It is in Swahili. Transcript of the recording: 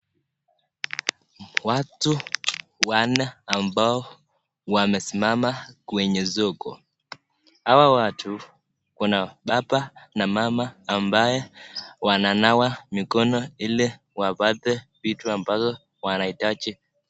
Watu wanne ambao wamesimama kwenye soko, hawa watu wanababa na mama ambaye wananawa mkono hili wapate vitu ambavyo wanahitaji.